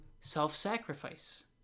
self-sacrifice